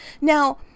Now